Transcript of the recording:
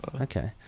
Okay